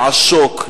לעשוק,